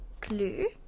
glue